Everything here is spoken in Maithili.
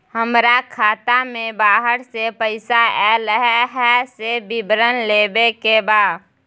हमरा खाता में बाहर से पैसा ऐल है, से विवरण लेबे के बा?